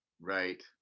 right